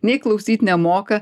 nei klausyt nemoka